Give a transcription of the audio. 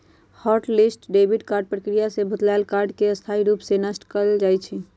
hot list debit card प्रक्रिया से भुतलायल कार्ड के स्थाई रूप से नष्ट कएल जाइ छइ